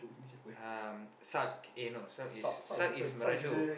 um sulk no sulk is merajuk